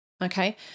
okay